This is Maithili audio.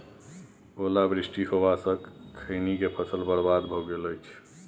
ओला वृष्टी होबा स खैनी के फसल बर्बाद भ गेल अछि?